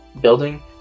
building